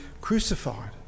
crucified